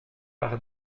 par